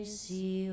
see